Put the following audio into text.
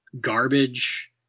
garbage